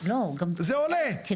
זה עולה --- לא,